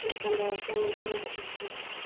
எனக்கு அந்த ஃபோன் வந்துட்டு ரொம்ப பிடிச்சிருந்துச்சு